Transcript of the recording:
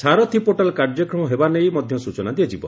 ସାରଥୀ portal କାର୍ଯ୍ୟକ୍ରମ ହେବା ନେଇ ମଧ ସୂଚନା ଦିଆଯିବ